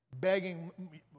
begging